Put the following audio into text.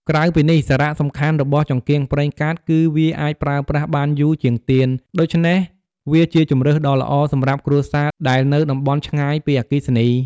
ក្រៅពីនេះ សារសំខាន់របស់ចង្កៀងប្រេងកាតគឺវាអាចប្រើប្រាស់បានយូរជាងទៀន ដូច្នេះវាជាជម្រើសដ៏ល្អសម្រាប់គ្រួសារដែលនៅតំបន់ឆ្ងាយពីអគ្គិសនី។